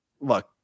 Look